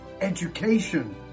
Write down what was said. education